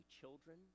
children